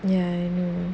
ya I know